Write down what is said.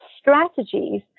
strategies